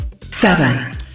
Seven